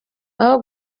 aho